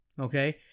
okay